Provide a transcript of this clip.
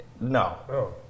No